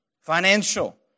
financial